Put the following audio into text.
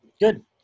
Good